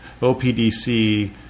OPDC